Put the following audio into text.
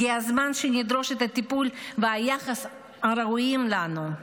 הגיע הזמן שנדרוש את הטיפול והיחס הראויים לנו,